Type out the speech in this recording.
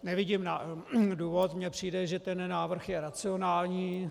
Nevidím důvod, mně přijde, že ten návrh je racionální.